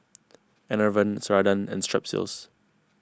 Enervon Ceradan and Strepsils